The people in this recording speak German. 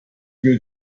will